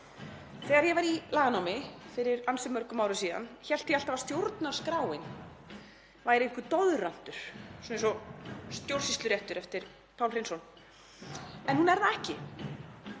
Þegar ég var í laganámi fyrir ansi mörgum árum síðan hélt ég alltaf að stjórnarskráin væri einhver doðrantur eins og Stjórnsýsluréttur eftir Pál Hreinsson en hún er það ekki.